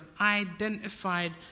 identified